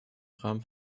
rahmen